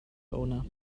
owner